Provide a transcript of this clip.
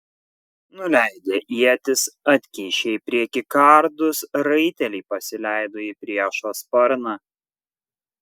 nuleidę ietis atkišę į priekį kardus raiteliai pasileido į priešo sparną